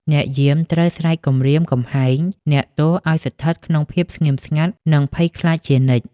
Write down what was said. អ្នកយាមត្រូវស្រែកគំរាមកំហែងអ្នកទោសឱ្យស្ថិតក្នុងភាពស្ងៀមស្ងាត់ និងភ័យខ្លាចជានិច្ច។